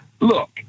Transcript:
Look